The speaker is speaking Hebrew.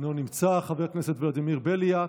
אינו נמצא, חבר הכנסת ולדימיר בליאק,